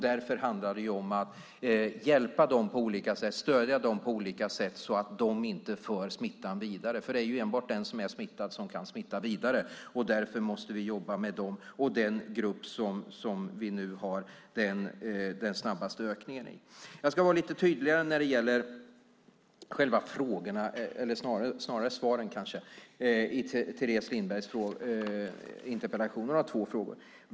Därför handlar det om att hjälpa och stödja dem på olika sätt så att de inte för smittan vidare. Det är ju enbart den som är smittad som kan smitta vidare. Därför måste vi jobba med dem och den grupp som vi nu har den snabbaste ökningen i. Jag ska vara lite tydligare när det gäller själva frågorna i Teres Lindbergs interpellation, eller snarare svaren på dem. Hon har två frågor.